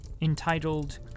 entitled